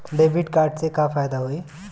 Debit card से का फायदा होई?